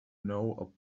know